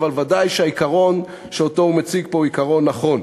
אבל ודאי שהעיקרון שהוא מציג פה הוא עיקרון נכון.